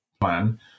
plan